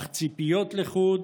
אך ציפיות לחוד